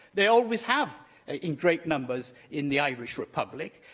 they always have in great numbers in the irish republic.